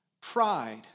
pride